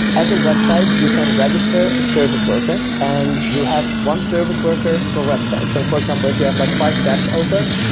as a website you can register a service worker and you have one service worker per website. so for example, if you have like five tabs open,